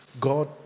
God